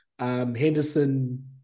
Henderson